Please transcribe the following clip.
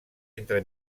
entre